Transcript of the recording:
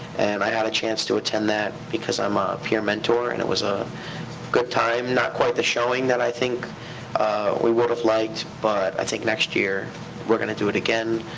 and i had a chance to attend that because i'm a peer mentor. and it was a good time. not quite the showing that i think we would have liked, but i think next year we're gonna do it again.